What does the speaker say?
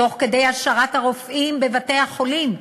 תוך כדי השארת הרופאים בבתי-החולים,